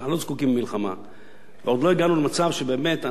עוד לא הגענו למצב שבאמת אנחנו במצב שבו צריך לעשות משהו,